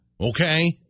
Okay